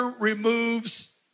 removes